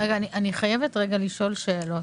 אני חייבת לשאול שאלות.